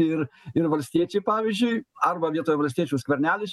ir ir valstiečiai pavyzdžiui arba vietoj valstiečių skvernelis